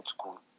school